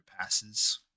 passes